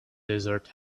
desert